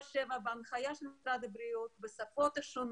24/7, בהנחיה של משרד הבריאות, בשפות שונות.